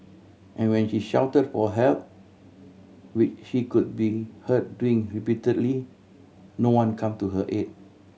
and when she shouted for help which she could be heard doing repeatedly no one come to her aid